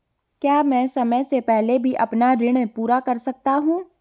क्या मैं समय से पहले भी अपना ऋण पूरा कर सकता हूँ?